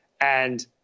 And-